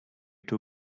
too